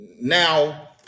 now